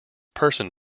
person